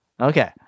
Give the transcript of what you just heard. Okay